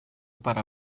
para